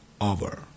over